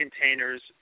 containers